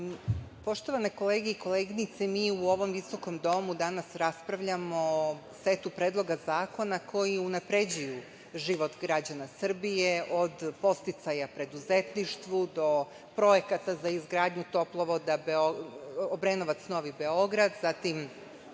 kolege i koleginice, mi u ovom visokom Domu raspravljamo o setu predloga zakona koji unapređuju život građana Srbije od podsticaja preduzetništvu do projekata za izgradnju toplovoda Obrenovac-Novi Beograd, zatim